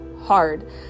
hard